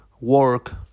work